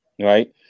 right